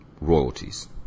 royalties